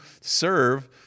serve